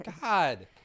God